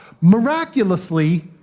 miraculously